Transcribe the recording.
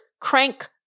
crank